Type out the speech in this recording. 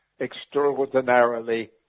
extraordinarily